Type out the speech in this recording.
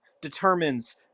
determines